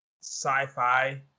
sci-fi